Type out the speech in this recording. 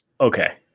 Okay